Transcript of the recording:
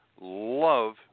love